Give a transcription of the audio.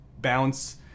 bounce